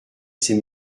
ces